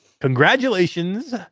Congratulations